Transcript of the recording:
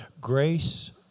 grace